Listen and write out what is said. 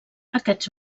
aquests